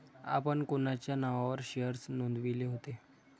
आपण कोणाच्या नावावर शेअर्स नोंदविले होते?